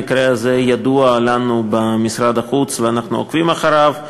המקרה הזה ידוע לנו במשרד החוץ ואנחנו עוקבים אחריו.